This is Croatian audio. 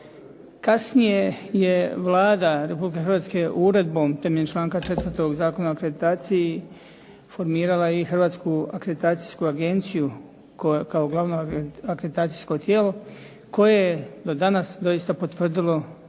Kasnije je Vlada Republike Hrvatske uredbom primjene članka 4. Zakona o akreditaciji formirala i Hrvatsku akreditacijsku agenciju kao glavno akreditacijsko tijelo koje je do danas doista potvrdilo da je